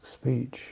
speech